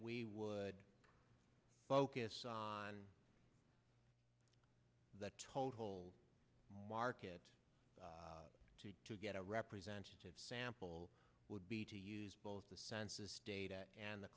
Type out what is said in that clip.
we would focus on the total market to get a representative sample would be to use both the census data and the